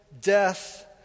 death